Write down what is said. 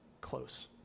close